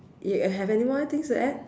you have any more things to add